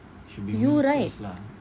you right